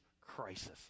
crisis